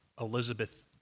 elizabeth